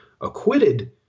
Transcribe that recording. acquitted